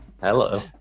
Hello